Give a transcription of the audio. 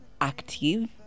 active